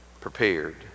prepared